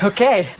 Okay